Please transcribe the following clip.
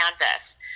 canvas